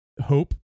hope